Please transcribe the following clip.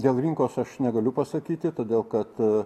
dėl rinkos aš negaliu pasakyti todėl kad